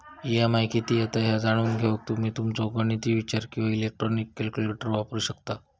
EMI किती येता ह्या जाणून घेऊक तुम्ही तुमचो गणिती विचार किंवा इलेक्ट्रॉनिक कॅल्क्युलेटर वापरू शकता